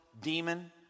demon